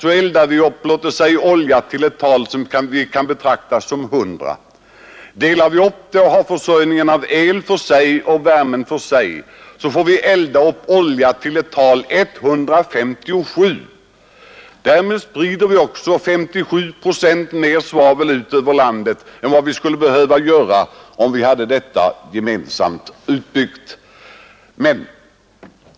Delar vi upp försörjningen och har försörjningen av el för sig och försörjningen av värme för sig, eldar vi upp olja till ett tal av 157. Därmed sprider vi också 57 procent mer svavel ut över landet än vi skulle behöva göra, om vi hade en gemensam försörjning utbyggd.